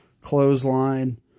clothesline